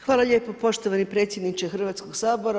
Hvala lijepo poštovani predsjedniče Hrvatskog sabora.